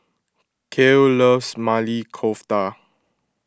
Kael loves Maili Kofta